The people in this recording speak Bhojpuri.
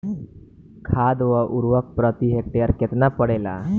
खाद व उर्वरक प्रति हेक्टेयर केतना परेला?